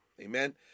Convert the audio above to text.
amen